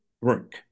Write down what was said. work